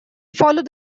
follow